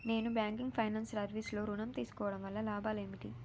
Non banking finance service లో ఋణం తీసుకోవడం వల్ల లాభాలు ఏమిటి?